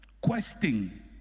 questing